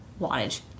wattage